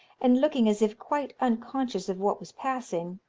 and looking as if quite unconscious of what was passing,